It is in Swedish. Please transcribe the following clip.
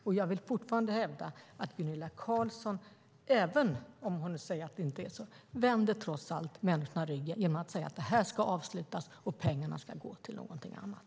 Och jag vill fortfarande hävda att Gunilla Carlsson, även om hon nu säger att det inte är så, trots allt vänder människorna ryggen genom att säga att det här ska avslutas och att pengarna ska gå till någonting annat.